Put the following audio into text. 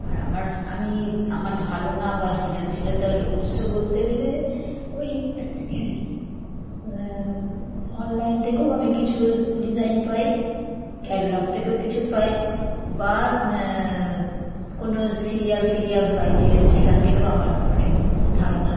আর আমার আমি আমার ধারণা বা সৃজনশীলতার উৎস বলতে গেলে ওই অনলাইন থেকেও আমি কিছুস ডিজাইন পাই ক্যাটালগ থেকেও কিছু পাই বা কোনো সিরিয়াল ফিরিয়াল হয় যে সেকান থেকেও আমার অনেক ধারণা